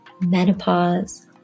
menopause